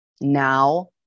Now